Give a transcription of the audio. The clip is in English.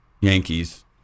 Yankees